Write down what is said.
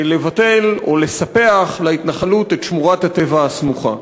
לבטל או לספח להתנחלות את שמורת הטבע הסמוכה.